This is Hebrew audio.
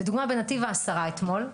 לדוגמה בנתיב העשרה אתמול,